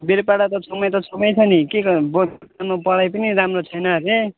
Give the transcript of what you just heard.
वीरपाडा त छेउमै त छेउमै छ नि के गर्नु पढाइ पनि राम्रो छैन